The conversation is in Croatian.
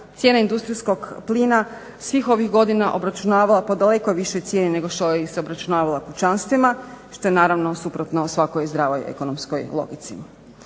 cijene industrijskog plina svih ovih godina obračunavao po daleko višoj cijeni nego što se obračunavalo kućanstvima, što je naravno suprotno svakoj zdravoj ekonomskoj logici.